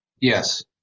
Yes